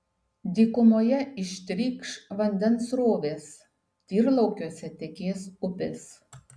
dykumoje ištrykš vandens srovės tyrlaukiuose tekės upės